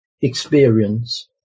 experience